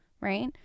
right